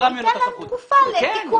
הוא ייתן להם תקופה לתיקון.